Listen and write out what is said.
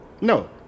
No